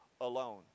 alone